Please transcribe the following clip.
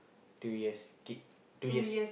two years k~ three years